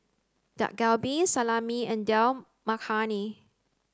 Dak Galbi Salami and Dal Makhani